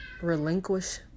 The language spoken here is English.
relinquish